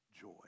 joy